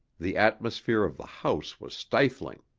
the atmosphere of the house was stifling.